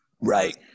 Right